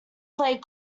played